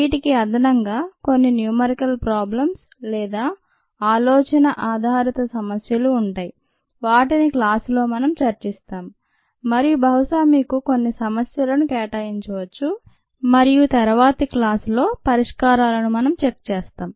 వీటికి అదనంగా కొన్ని న్యూమరికల్ ప్రాబ్లమ్స్ లేదా ఆలోచన ఆధారిత సమస్యలు ఉంటాయి వాటిని క్లాసులో మనం చర్చిస్తాం మరియు బహుశా మీకు కొన్ని సమస్యలను కేటాయించవచ్చు మరియు తరువాత క్లాసులో పరిష్కారాలను మనం చెక్ చేస్తాం